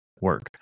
work